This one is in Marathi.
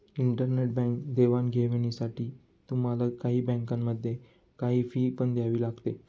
इंटरनेट बँक देवाणघेवाणीसाठी तुम्हाला काही बँकांमध्ये, काही फी पण द्यावी लागते